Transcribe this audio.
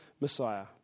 Messiah